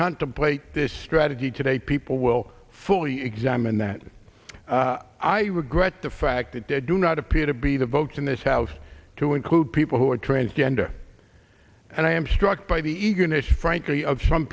contemplate this strategy today people will fully examine that i regret the fact that they do not appear to be the votes in this house to include people who are transgender and i am struck by the eagerness frankly of some